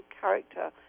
character